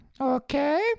Okay